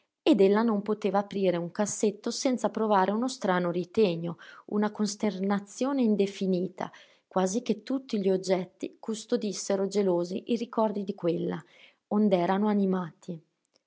ed ella non poteva aprire un cassetto senza provare uno strano ritegno una costernazione indefinibile quasi che tutti gli oggetti custodissero gelosi i ricordi di quella ond'erano animati